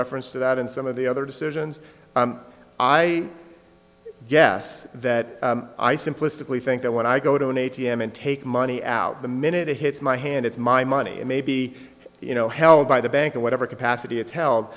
reference to that in some of the other decisions i guess that i simplistically think that when i go to an a t m and take money out the minute it hits my hand it's my money and maybe you know held by the bank in whatever capacity it's held